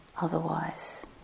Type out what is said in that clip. otherwise